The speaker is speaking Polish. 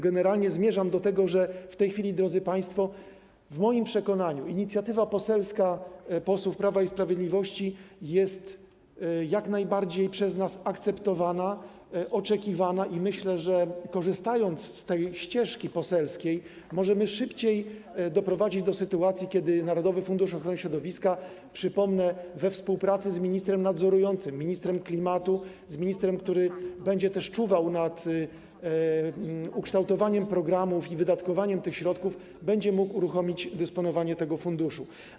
Generalnie zmierzam do tego, że w tej chwili, drodzy państwo, w moim przekonaniu inicjatywa poselska posłów Prawa i Sprawiedliwości jest jak najbardziej przez nas akceptowana, oczekiwana i myślę, że korzystając z tej poselskiej ścieżki, możemy szybciej doprowadzić do sytuacji, w której narodowy fundusz ochrony środowiska, przypomnę, we współpracy z ministrem nadzorującym, ministrem klimatu, który będzie też czuwał nad ukształtowaniem programów i wydatkowaniem tych środków, będzie mógł uruchomić dysponowanie tym funduszem.